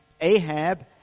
Ahab